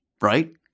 right